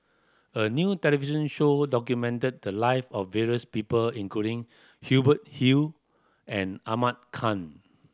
a new television show documented the live of various people including Hubert Hill and Ahmad Khan